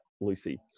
Lucy